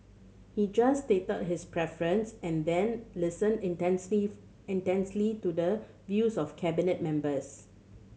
he just stated his preference and then listened intently intently to the views of Cabinet members